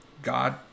God